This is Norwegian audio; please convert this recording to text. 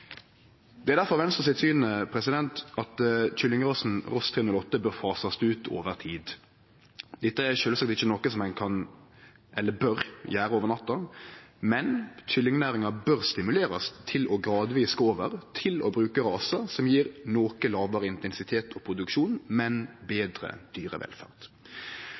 Det er difor Venstre sitt syn at kyllingrasen Ross 308 bør fasast ut over tid. Dette er sjølvsagt ikkje noko som ein kan eller bør gjere over natta, men kyllingnæringa bør stimulerast til gradvis å gå over til å bruke rasar som gjev noko lågare intensitet og produksjon, men betre dyrevelferd.